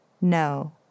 No